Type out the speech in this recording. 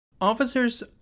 Officers